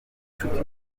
bucuti